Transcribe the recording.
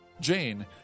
Jane